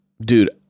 dude